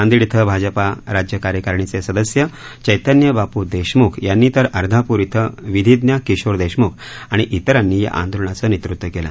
नांदेड इथं भाजपा राज्य कार्यकारिणीचे सदस्य चप्तन्यबापू देशमुख यांनी तर अर्धापूर इथं विधीज्ञ किशोर देशम्ख आणि इतरांनी या आंदोलनाचं नेतृत्व केलं